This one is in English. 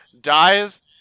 dies